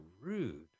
rude